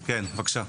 כן, בבקשה.